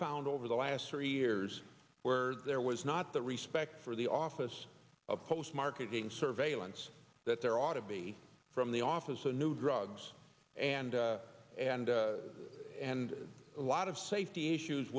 found over the last three years where there was not the respect for the office of post marketing surveillance that there ought to be from the office so new drugs and and and a lot of safety issues